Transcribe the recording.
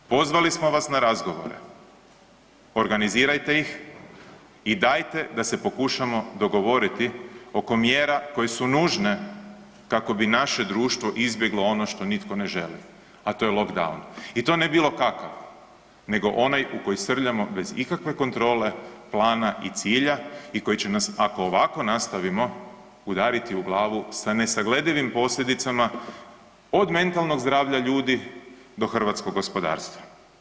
Pozvali smo vas na razgovore, organizirajte ih i dajte da se pokušamo dogovoriti oko mjera koje su nužne kako bi naše društvo izbjeglo ono što nitko ne želi, a to je lockdown i to ne bilo kakav nego onaj u koji srljamo bez ikakve kontrole, plana i cilja i koji će nas ako ovako nastavimo udariti u glavu sa nesagledivim posljedicama, od mentalnog zdravlja ljudi do hrvatskog gospodarstva.